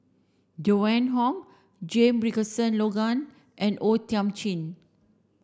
Joan Hon Jame Richardson Logan and O Thiam Chin